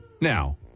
Now